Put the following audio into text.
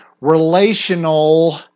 relational